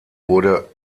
wurde